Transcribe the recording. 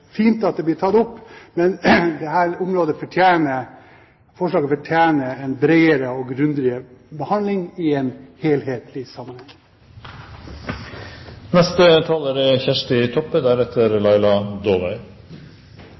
fint at det blir tatt opp – men forslagene fortjener en bredere og grundigere behandling i en helhetlig